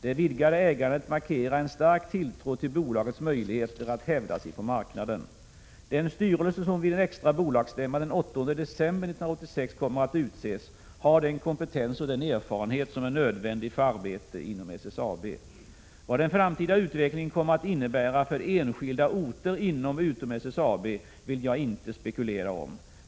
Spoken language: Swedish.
Det vidgade ägandet markerar en stark tilltro till bolagets möjligheter att hävda sig på marknaden. Den styrelse som vid en extra bolagsstämma den 8 december 1986 kommer att utses har den kompetens och den erfarenhet som är nödvändig för arbete inom SSAB. Vad den framtida utvecklingen kommer att innebära för enskilda orter inom och utom SSAB vill jag inte spekulera om.